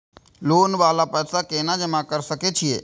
Loan वाला पैसा केना जमा कर सके छीये?